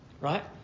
right